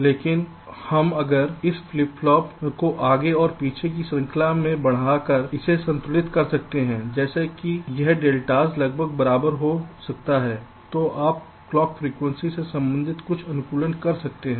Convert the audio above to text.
लेकिन आप हम अगर आप इस फ्लिप फ्लॉप को आगे और पीछे की श्रृंखला में आगे बढ़ाकर इसे संतुलित कर सकते हैं जैसे कि यह डेल्टास लगभग बराबर हो सकता है तो आप क्लॉक फ्रिकवेंसी से संबंधित कुछ अनुकूलन कर सकते हैं